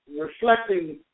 reflecting